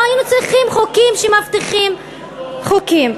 לא היינו צריכים חוקים שמבטיחים חוקים.